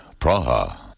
Praha